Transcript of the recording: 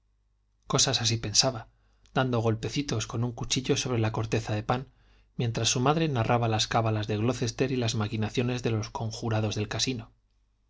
cosas así pensaba dando golpecitos con un cuchillo sobre una corteza de pan mientras su madre narraba las cábalas de glocester y las maquinaciones de los conjurados del casino